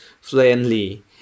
fluently